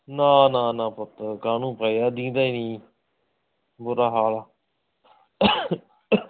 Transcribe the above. ਨਾ ਨਾ ਪੁੱਤ ਕਾਹਨੂੰ ਪਏ ਆ ਦੀਂਦਾ ਈ ਨੀ ਬੁਰਾ ਹਾਲ ਆ